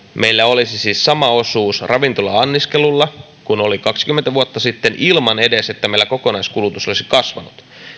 meillä olisi siis sama osuus ravintola anniskelulla kuin oli kaksikymmentä vuotta sitten ilman edes että meillä kokonaiskulutus olisi kasvanut